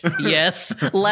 yes